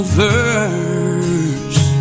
verse